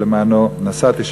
שלמענו נסעתי,